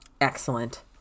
Excellent